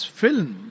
film